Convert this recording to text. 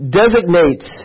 designates